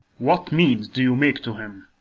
what means do you make to him?